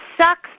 sucks